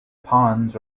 ponds